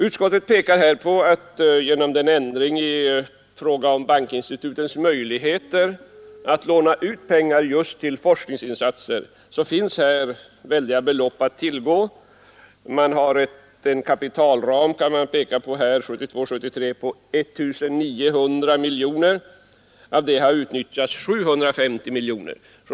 Utskottet pekar på att genom den ändring i fråga om bankinstitutens möjligheter att låna ut pengar just till forskningsinsatser finns här väldiga belopp att tillgå. Det finns en kapitalram 1972/73 på 1 900 miljoner kronor. Därav har utnyttjats 750 miljoner.